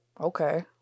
Okay